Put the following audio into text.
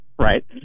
Right